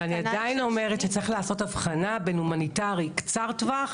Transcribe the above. אבל אני עדיין אומרת שצריך לעשות הבחנה בין הומניטרי קצר טווח